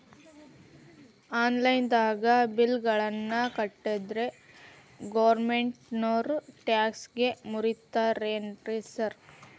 Online ದಾಗ bill ಗಳನ್ನಾ ಕಟ್ಟದ್ರೆ ಗೋರ್ಮೆಂಟಿನೋರ್ ಟ್ಯಾಕ್ಸ್ ಗೇಸ್ ಮುರೇತಾರೆನ್ರಿ ಸಾರ್?